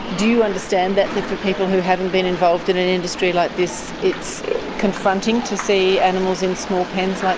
do you understand that for people who haven't been involved in an industry like this, it's confronting to see animals in small pens